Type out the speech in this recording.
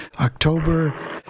October